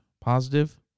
positive